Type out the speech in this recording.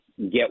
get